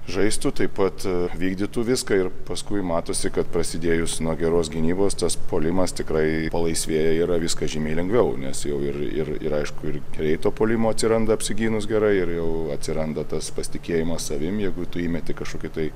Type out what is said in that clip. žaistų taip pat vykdytų viską ir paskui matosi kad prasidėjus nuo geros gynybos tas puolimas tikrai palaisvėja yra viskas žymiai lengviau nes jau ir ir ir aišku ir greito puolimo atsiranda apsigynus gerai ir jau atsiranda tas pasitikėjimas savim jeigu tu įmeti kažkokį tai